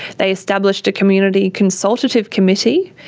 they established a community consultative committee,